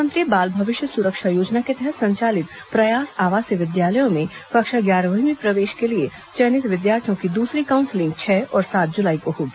मुख्यमंत्री बाल भविष्य सुरक्षा योजना के तहत संचालित प्रयास आवासीय विद्यालयों में कक्षा ग्यारहवीं में प्रवेश के लिए चयनित विद्यार्थियों की दूसरी काउंसिलिंग छह और सात जुलाई को होगी